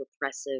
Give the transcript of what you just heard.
repressive